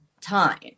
time